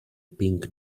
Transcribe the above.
pink